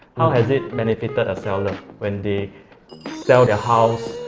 how has it benefited a seller when they sell their house,